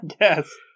Yes